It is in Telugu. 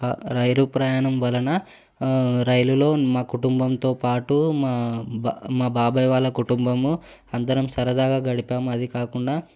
రైలు ప్రయాణం వలన రైలులో మా కుటుంబంతో పాటు మా బా మా బాబాయ్ వాళ్ళ కుటుంబము అందరం సరదాగా గడిపాము అదికాకుండా